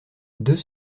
deux